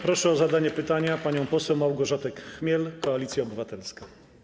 Proszę o zadanie pytania panią poseł Małgorzatę Chmiel, Koalicja Obywatelska.